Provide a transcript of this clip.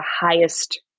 highest